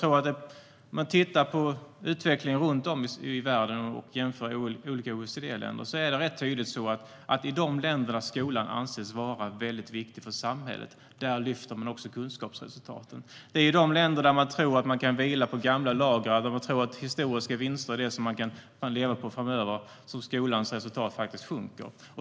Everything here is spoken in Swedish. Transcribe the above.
Om vi tittar på utvecklingen runt om i världen och jämför olika OECD-länder kan vi ganska tydligt se att kunskapsresultaten i de länder där skolan anses vara väldigt viktig för samhället också lyfter. Det är i länder där man tror att man kan vila på gamla lagrar eller tror att man kan leva på historiska vinster framöver som skolans resultat sjunker.